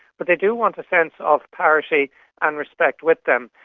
but they do want a sense of parity and respect with them,